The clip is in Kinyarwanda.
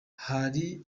hari